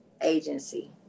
agency